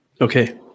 Okay